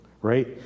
right